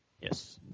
Yes